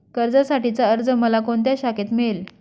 कर्जासाठीचा अर्ज मला कोणत्या शाखेत मिळेल?